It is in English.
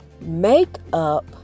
Makeup